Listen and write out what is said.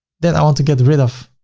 then i want to get rid of